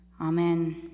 Amen